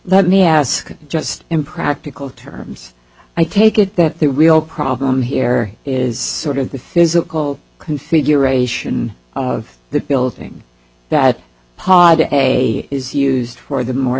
let me ask just in practical terms i take it that the real problem here is sort of the physical configuration of the building that pod a is used for the more